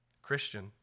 Christian